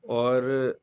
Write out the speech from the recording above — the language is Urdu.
اور